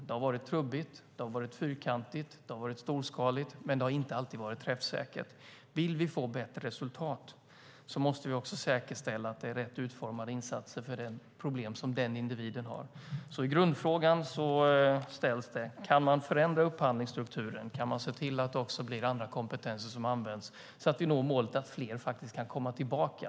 Det har varit trubbigt, fyrkantigt och storskaligt, men det har inte alltid varit träffsäkert. Vill vi få bättre resultat måste vi också säkerställa att det är rätt utformade insatser för de problem som individen har. Grundfrågan är: Kan man förändra upphandlingsstrukturen och se till att det också blir andra kompetenser som används så att vi når målet att fler kan komma tillbaka?